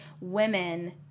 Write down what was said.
women